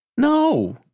No